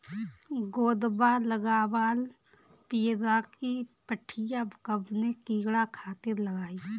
गोदवा लगवाल पियरकि पठिया कवने कीड़ा खातिर लगाई?